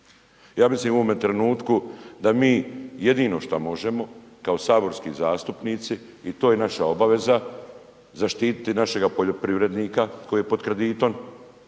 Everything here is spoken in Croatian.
Ja mislim u ovome trenutku da mi jedino šta možemo kao saborski zastupnici i to je naša obaveza, zaštititi našega poljoprivrednika koji je pod kreditom,